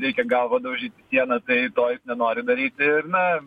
reikia galva daužyt į sieną tai to jis nenori daryti ir na